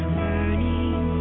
burning